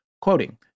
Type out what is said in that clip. Quoting